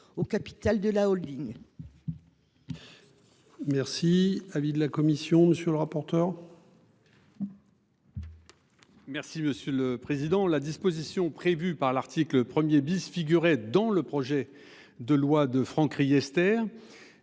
du capital de la Holding